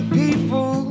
people